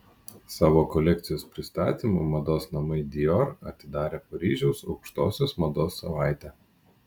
savo kolekcijos pristatymu mados namai dior atidarė paryžiaus aukštosios mados savaitę